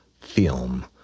film